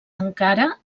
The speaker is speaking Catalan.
encara